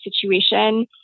situation